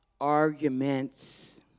arguments